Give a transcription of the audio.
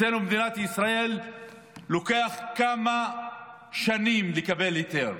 אצלנו במדינת ישראל לוקח כמה שנים לקבל היתר